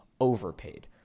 overpaid